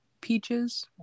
peaches